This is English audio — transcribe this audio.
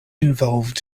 involved